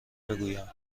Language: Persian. بگویم